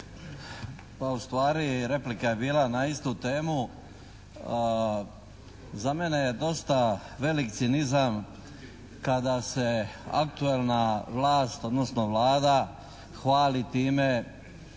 Pa u stvari replika je bila na istu temu. Za mene je dosta veliki cinizam kada se aktualna vlast odnosno Vlada hvali time